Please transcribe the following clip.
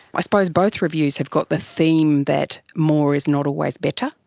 i suppose both reviews have got the theme that more is not always better.